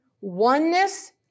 oneness